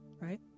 Right